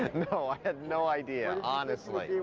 no i had no idea honestly